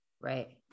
right